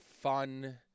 fun